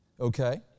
Okay